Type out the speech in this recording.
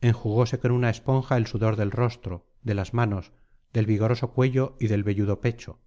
enjugóse con una esponja el sudor del rostro de las manos del vigoroso cuello y del velludo pecho